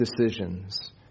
decisions